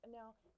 now